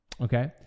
Okay